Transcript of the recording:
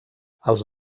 els